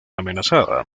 amenazada